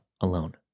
alone